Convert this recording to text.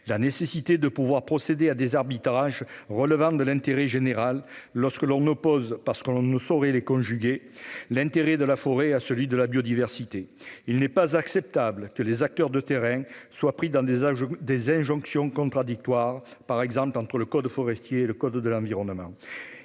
afin de procéder à des arbitrages relevant de l'intérêt général dès lors que l'on oppose- parce que l'on ne saurait pas les conjuguer - l'intérêt de la forêt à celui de la biodiversité. Il n'est pas acceptable que les acteurs de terrain soient entravés par des injonctions contradictoires, par exemple entre le code forestier et le code de l'environnement.